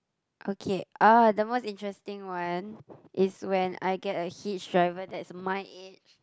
okay oh the most interesting one is when I get a hitch driver that's my age